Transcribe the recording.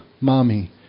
mommy